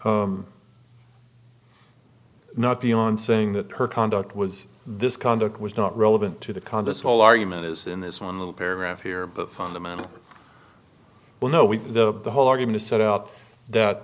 not beyond saying that her conduct was this conduct was not relevant to the congress whole argument is in this one little paragraph here but fundamentally well no we the whole argument set out that